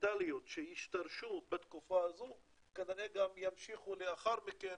דיגיטליות שישתרשו בתקופה הזו כנראה גם ימשיכו לאחר מכן,